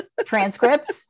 transcript